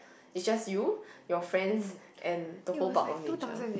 it's just you your friends and the whole bulk of nature